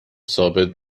ثابت